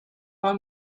war